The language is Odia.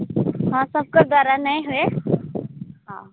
ହଁ ସବ୍କେ ଦ୍ୱାରା ନେଇଁ ହୁଏ ହଉ